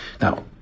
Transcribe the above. Now